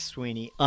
Sweeney